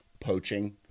poaching